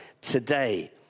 today